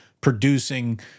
producing